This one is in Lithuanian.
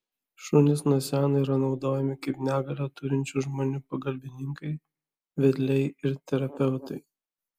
šunys nuo seno yra naudojami kaip negalią turinčių žmonių pagalbininkai vedliai ir terapeutai